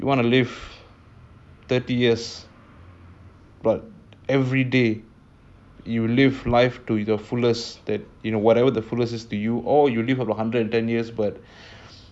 you want to live thirty years but everyday you live life to the fullest that you know whatever the fullest is for you or you live a hundred and ten years but